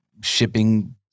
shipping